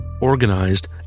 organized